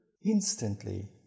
instantly